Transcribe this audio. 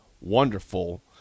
wonderful